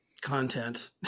content